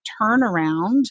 turnaround